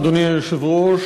אדוני היושב-ראש,